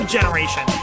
Generation